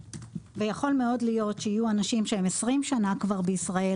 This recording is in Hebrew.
ויכול מאוד להיות שיהיו אנשים שהם 20 שנה כבר בישראל,